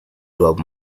drop